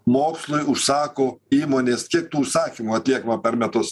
mokslui užsako įmonės kiek tų užsakymų atliekama per metus